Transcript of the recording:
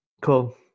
Cool